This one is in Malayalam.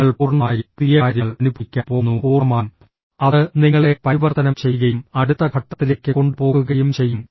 നിങ്ങൾ പൂർണ്ണമായും പുതിയ കാര്യങ്ങൾ അനുഭവിക്കാൻ പോകുന്നു പൂർണ്ണമായും അത് നിങ്ങളെ പരിവർത്തനം ചെയ്യുകയും അടുത്ത ഘട്ടത്തിലേക്ക് കൊണ്ടുപോകുകയും ചെയ്യും